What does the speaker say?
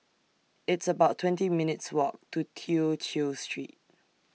It's about twenty minutes' Walk to Tew Chew Street